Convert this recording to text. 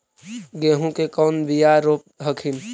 गेहूं के कौन बियाह रोप हखिन?